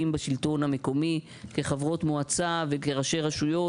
בשלטון המקומי כחברות מועצה וכראשי רשויות.